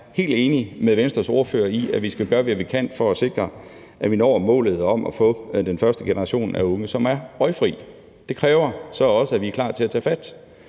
jeg er helt enig med Venstres ordfører i, at vi skal gøre, hvad vi kan, for at sikre, at vi når målet om at få den første generation af unge, som er røgfri. Det kræver så også, at vi er klar til at tage fat,